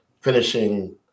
finishing